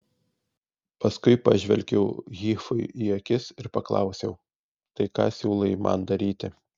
paskui pažvelgiau hifui į akis ir paklausiau tai ką siūlai man daryti